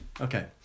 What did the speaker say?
Okay